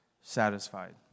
satisfied